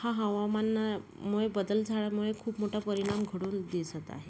हा हवामानामुळे बदल झाल्यामुळे खूप मोठा परिणाम घडून दिसत आहे